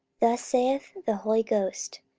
thus saith the holy ghost,